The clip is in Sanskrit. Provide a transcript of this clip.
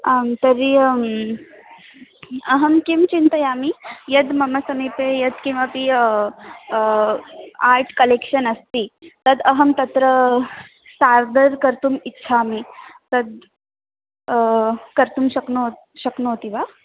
आं तर्हि अम् अहं किं चिन्तयामि यद् मम समीपे यत्किमपि आर्ट् कलेक्षन् अस्ति तद् अहं तत्र सादर कर्तुम् इच्छामि तद् कर्तुं शक्नोति शक्नोति वा